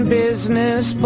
business